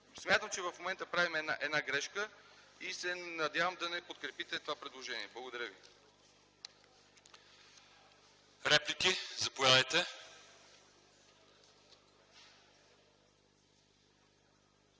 Смятам, че в момента правим една грешка и се надявам да не подкрепите това предложение. Благодаря ви. ПРЕДСЕДАТЕЛ